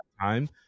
time